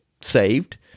saved